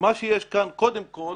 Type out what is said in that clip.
מה שיש כאן, קודם כול,